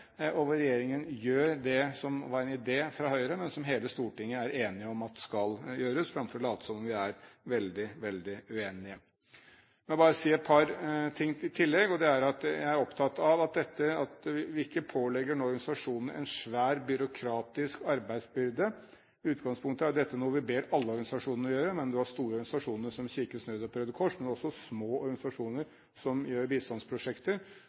og hvor regjeringen gjør det som var en idé fra Høyre, men som hele Stortinget er enige om at skal gjøres, framfor å late som vi er veldig, veldig uenige. La meg bare si et par ting i tillegg, og det er at jeg er opptatt av at vi ikke nå pålegger organisasjonene en svær, byråkratisk arbeidsbyrde. Utgangspunktet er at dette er noe vi ber alle organisasjoner om å gjøre. Vi har store organisasjoner som Kirkens Nødhjelp og Røde Kors, men det er også små organisasjoner som har bistandsprosjekter.